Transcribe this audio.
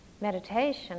Meditation